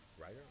writer